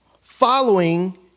following